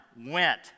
went